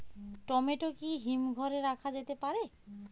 Tomato কি হিমঘর এ রাখা যেতে পারে?